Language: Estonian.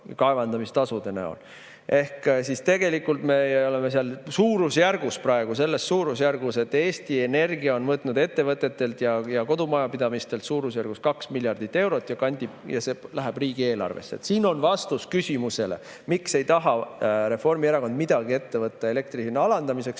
kaevandamistasude näol. Ehk siis tegelikult me oleme praegu selles seisus, et Eesti Energia on võtnud ettevõtetelt ja kodumajapidamistelt suurusjärgus 2 miljardit eurot ja see läheb riigieelarvesse. Siin on vastus küsimusele, miks ei taha Reformierakond midagi ette võtta elektri hinna alandamiseks.